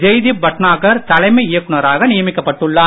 ஜெய்தீப் பட்நாகர் தலைமை இயக்குநராக நியமிக்கப்பட்டுள்ளார்